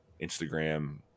Instagram